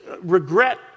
regret